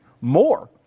more